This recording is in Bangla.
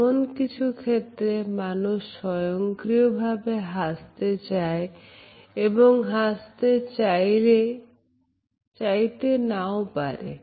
এমন কিছু ক্ষেত্রে মানুষ স্বয়ংক্রিয়ভাবে হাসতে চায় এবং হাসতে চাইলে নাও পারে